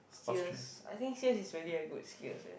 serious I think sales is really a good skills eh